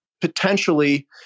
potentially